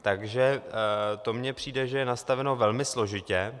Takže to mně přijde, že je nastaveno velmi složitě.